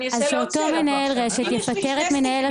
(אומרת דברים בשפת הסימנים,